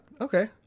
okay